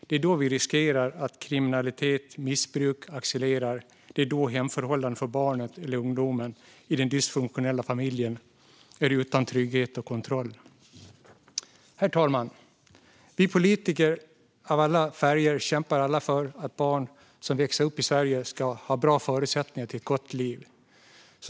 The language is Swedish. Det är då vi riskerar att kriminalitet och missbruk accelererar, och det är då hemförhållandet för barnet eller den unga personen i den dysfunktionella familjen är utan trygghet och kontroll. Herr talman! Vi politiker av alla färger kämpar för att barn som växer upp i Sverige ska ha bra förutsättningar till ett gott liv.